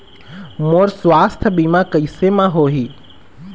मोर सुवास्थ बीमा कैसे म होही?